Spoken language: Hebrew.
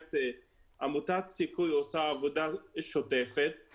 באמת עמותת סיכוי עושה עבודה מצוינת.